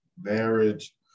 marriage